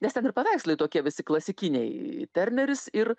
nes ten ir paveikslai tokie visi klasikiniai terneris ir